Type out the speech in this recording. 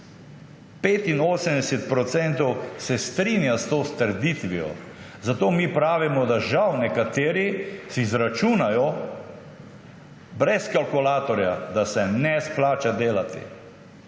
85 % se strinja s to trditvijo. Zato mi pravimo, da si žal nekateri izračunajo, brez kalkulatorja, da se ne splača delati.